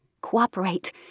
Cooperate